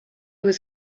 was